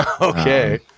Okay